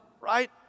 right